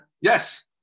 yes